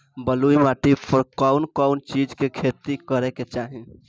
बलुई माटी पर कउन कउन चिज के खेती करे के चाही?